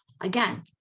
Again